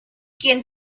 quien